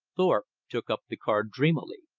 thorpe took up the card dreamily.